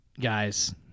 guys